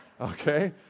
okay